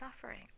suffering